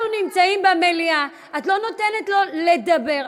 אנחנו נמצאים במליאה, את לא נותנת לו לדבר.